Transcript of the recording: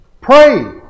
Pray